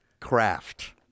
Craft